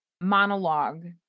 monologue